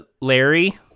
Larry